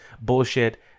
bullshit